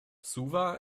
suva